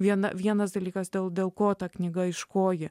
viena vienas dalykas dėl dėl ko ta knyga iš ko ji